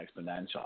exponential